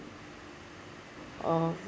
uh